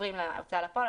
עוברים להוצאה לפועל.